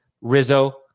Rizzo